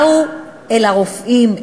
באו אל הרופאים,